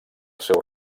seu